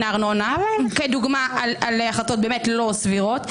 הארנונה כדוגמה להחלטות לא סבירות.